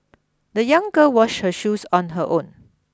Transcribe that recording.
the young girl washed her shoes on her own